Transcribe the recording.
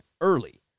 early